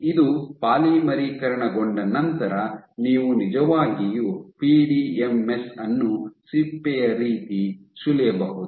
ಇದು ಪಾಲಿಮರೀಕರಣಗೊಂಡ ನಂತರ ನೀವು ನಿಜವಾಗಿಯೂ ಪಿಡಿಎಂಎಸ್ ಅನ್ನು ಸಿಪ್ಪೆಯ ರೀತಿ ಸುಲಿಯಬಹುದು